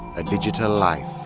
a digital life,